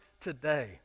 today